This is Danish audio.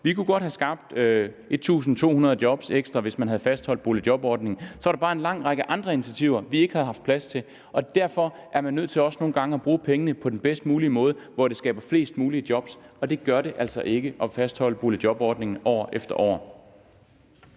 Vi kunne godt have skabt 1.200 job ekstra, hvis vi havde fastholdt boligjobordningen, så var der bare en lang række andre initiativer, vi ikke havde haft plads til. Derfor er man nødt til også nogle gange at bruge pengene på den bedst mulige måde, hvor de skaber flest mulige job, og det gør det altså ikke at fastholde boligjobordningen år efter år.